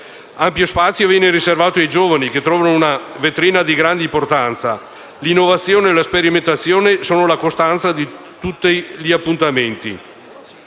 Ampio spazio viene riservato ai giovani che trovano una vetrina di grande importanza: l'innovazione e la sperimentazione sono la costante di tutti gli appuntamenti.